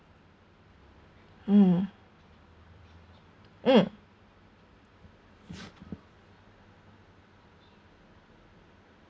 mm mm